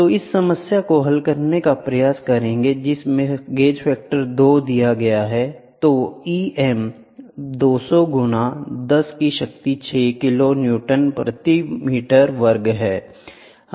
तो इस समस्या को हल करने का प्रयास करेंगे जिसमें गेज फैक्टर दो दिया गया हैI तो Em 200 गुना 10 की शक्ति 6 किलो न्यूटन प्रति मीटर वर्ग है